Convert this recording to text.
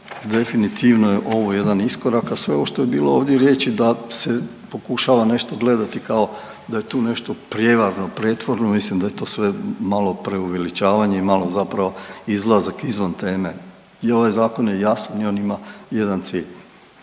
da definitivno je ovo jedan iskorak, a sve što je bilo ovdje riječi da se pokušava nešto gledati kao da je tu nešto prijevarno i pretvorno, mislim da je to sve malo preuveličavanje i malo zapravo izlazak izvan teme i ovaj zakon je jasan i on ima jedan cilj,